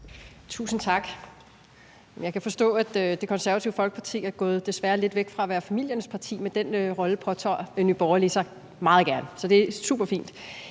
Tusind tak. Jeg kan forstå, at Det Konservative Folkeparti desværre er gået lidt væk fra at være familiernes parti, men den rolle påtager Nye Borgerlige sig meget gerne, så det er superfint.